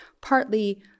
partly